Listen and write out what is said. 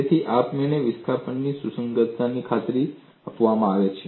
તેથી આપમેળે વિસ્થાપનની સુસંગતતાની ખાતરી આપવામાં આવે છે